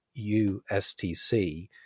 USTC